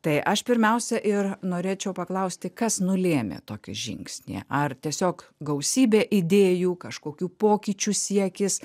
tai aš pirmiausia ir norėčiau paklausti kas nulėmė tokį žingsnį ar tiesiog gausybė idėjų kažkokių pokyčių siekis